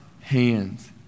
hands